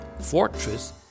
fortress